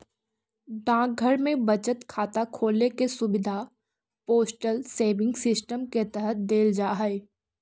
डाकघर में बचत खाता खोले के सुविधा पोस्टल सेविंग सिस्टम के तहत देल जा हइ